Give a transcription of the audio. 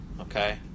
okay